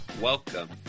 welcome